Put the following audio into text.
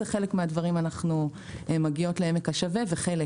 בחלק מהדברים אנו מגיעות לעמק השווה וחלק